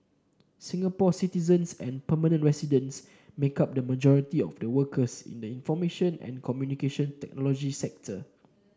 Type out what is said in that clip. Singapore citizens and permanent residents make up the majority of the workers in the information and Communication Technology sector